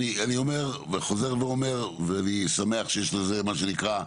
אני חוזר ואומר, ואני שמח שיש לזה, מה שנקרא,